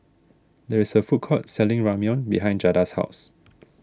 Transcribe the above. there is a food court selling Ramyeon behind Jada's house